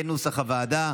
כנוסח הוועדה.